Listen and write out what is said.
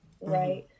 right